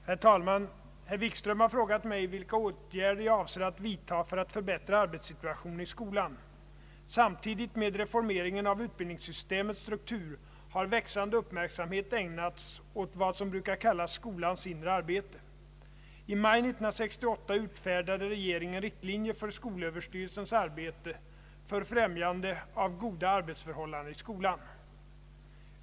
Herr talman! Herr Wikström har frågat mig, vilka åtgärder jag avser att vidta för att förbättra arbetssituationen i skolan. Samtidigt med reformeringen av utbildningssystemets struktur har växande uppmärksamhet ägnats åt vad som brukar kallas skolans inre arbete. I maj 1968 utfärdade regeringen riktlinjer för skolöverstyrelsens arbete för främjande av goda arbetsförhållanden i skolan.